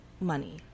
money